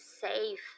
safe